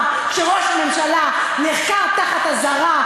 פה נואמת לי נאומים חוצבי להבות,